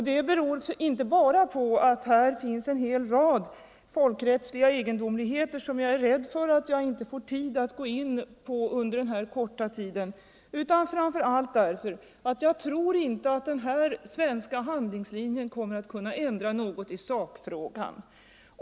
Det beror inte bara på att det i svaret finns en hel rad folkrättsliga egendomligheter, som jag är rädd för att jag inte får tid att gå in på under den här korta frågestunden, utan framför allt på att jag inte tror att den här svenska handlingslinjen kommer att kunna ändra något i sakfrågan.